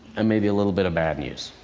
and maybe a little bit of bad news.